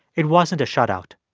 it wasn't a shut out.